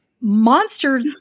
monster